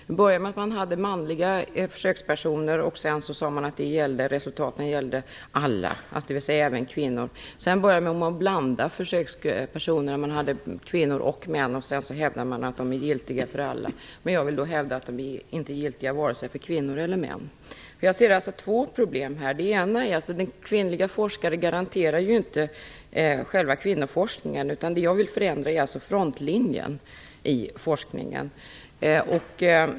Det började med att man hade manliga försökspersoner och sade att resultaten gällde alla, dvs. även kvinnor. Sedan började man blanda försökspersonerna och ha både kvinnor och män och hävdade att resultaten var giltiga för alla. Jag vill hävda att de inte är giltiga för vare sig kvinnor eller män. Jag ser två problem här. Det ena är att kvinnliga forskare inte garanterar själva kvinnoforskningen. Jag vill förändra frontlinjen i forskningen.